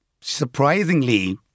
surprisingly